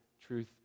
truth